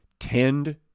Tend